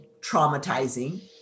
traumatizing